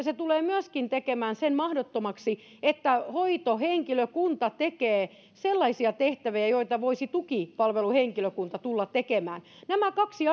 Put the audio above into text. se tulee myöskin tekemään mahdottomaksi sen että hoitohenkilökunta tekee sellaisia tehtäviä joita tukipalveluhenkilökunta voisi tulla tekemään nämä kaksi